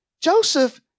Joseph